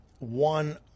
One